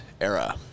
era